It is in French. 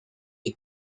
est